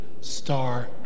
star